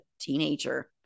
teenager